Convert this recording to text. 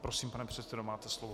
Prosím, pane předsedo, máte slovo.